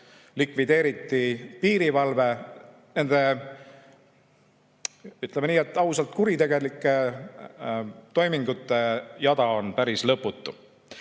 likvideeriti piirivalve. Nende, ütleme ausalt, kuritegelike toimingute jada on päris lõputu.